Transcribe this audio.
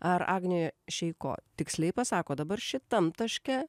ar agnė šeiko tiksliai pasako dabar šitam taške